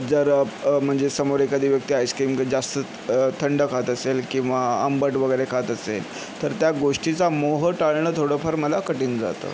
जरब म्हणजे समोर एखादी व्यक्ती आईस्क्रीम जास्त थंड खात असेल किंवा आंबट वगैरे खात असेन तर त्या गोष्टीचा मोह टाळणं थोडंफार मला कठीण जातं